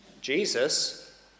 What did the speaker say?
Jesus